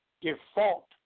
default